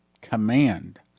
command